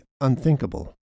unthinkable